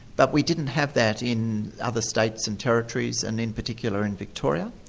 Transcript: but we didn't have that in other states and territories, and in particular in victoria.